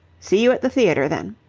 see you at the theatre, then.